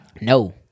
No